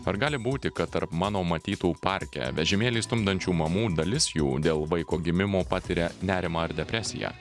ar gali būti kad tarp mano matytų parke vežimėlį stumdančių mamų dalis jų dėl vaiko gimimo patiria nerimą ar depresiją